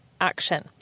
action